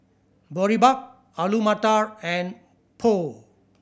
Boribap Alu Matar and Pho